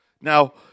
Now